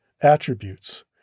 attributes